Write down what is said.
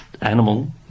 animal